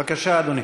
בבקשה, אדוני.